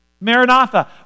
Maranatha